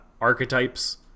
archetypes